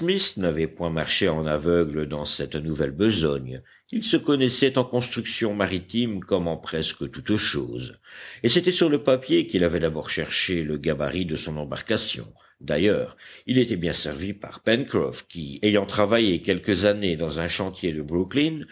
n'avait point marché en aveugle dans cette nouvelle besogne il se connaissait en construction maritime comme en presque toutes choses et c'était sur le papier qu'il avait d'abord cherché le gabarit de son embarcation d'ailleurs il était bien servi par pencroff qui ayant travaillé quelques années dans un chantier de brooklyn